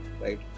right